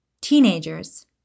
Teenagers